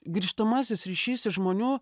grįžtamasis ryšys iš žmonių